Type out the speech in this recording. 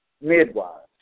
midwives